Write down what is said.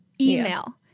Email